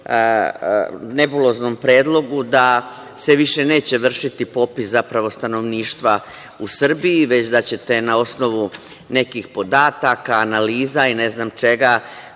nebuloznom predlogu da se više neće vršiti popis stanovništva u Srbiji, već da ćete na osnovu nekih podataka, analiza i ne znam čega